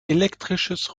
elektrisches